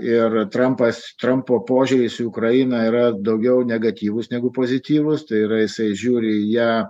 ir trampas trampo požiūris į ukrainą yra daugiau negatyvus negu pozityvus tai yra jisai žiūri į ją